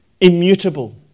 immutable